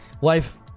wife